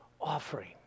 offering